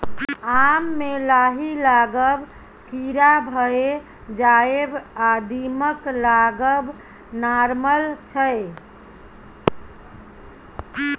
आम मे लाही लागब, कीरा भए जाएब आ दीमक लागब नार्मल छै